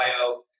bio